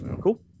cool